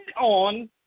on